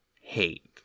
hate